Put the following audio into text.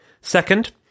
Second